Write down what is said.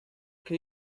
can